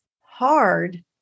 hard